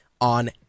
on